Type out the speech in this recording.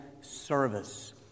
service